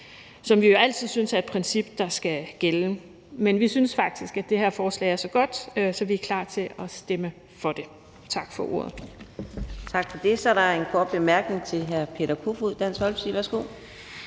som vi jo altid synes er et princip, der skal gælde. Men vi synes faktisk, at det her forslag er så godt, at vi er klar til at stemme for det. Tak for ordet. Kl. 13:30 Fjerde næstformand (Karina Adsbøl): Tak for det. Så er der en kort bemærkning til hr. Peter Kofod, Dansk Folkeparti. Værsgo.